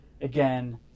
again